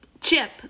Chip